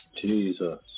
Jesus